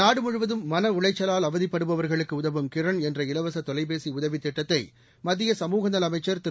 நாடு முழுவதும் மனஉளைச்சலால் அவதிப்படுபவர்களுக்கு உதவும் கிரன் என்ற இலவச தொலைபேசி உதவி திட்டத்தை மத்திய சமுக நல அமைச்சர் திரு